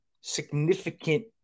significant